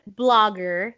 blogger